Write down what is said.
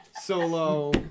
solo